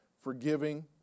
Forgiving